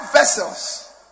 Vessels